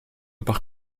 par